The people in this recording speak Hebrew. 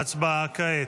ההצבעה כעת.